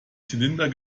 zylinder